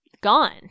gone